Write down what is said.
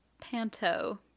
Panto